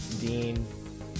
Dean